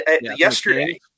yesterday